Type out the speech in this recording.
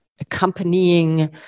accompanying